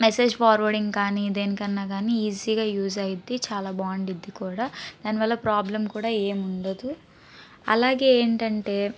message forwarding కానీ దేనికన్నా కానీ ఈజీగా యూస్ అయ్యిద్ది చాలా బావుంటుద్ది కూడా దానివల్ల ప్రాబ్లం కూడా ఏముండదు అలాగే ఏంటంటే